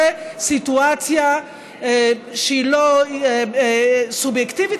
זו סיטואציה שהיא לא סובייקטיבית,